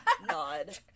nod